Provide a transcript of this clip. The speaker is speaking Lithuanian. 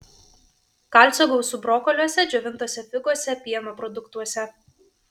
kalcio gausu brokoliuose džiovintose figose pieno produktuose